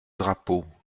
drapeau